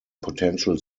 potential